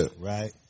Right